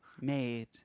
made